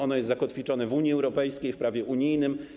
Ono jest zakotwiczone w Unii Europejskiej, w prawie unijnym.